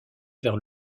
vers